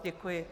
Děkuji.